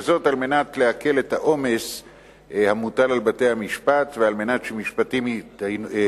וזאת על מנת להקל את העומס המוטל על בתי-המשפט ועל מנת שמשפטים יתקיימו